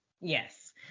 Yes